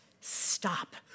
stop